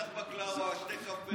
קח בקלאווה, שתה קפה.